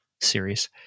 series